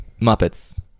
Muppets